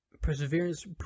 perseverance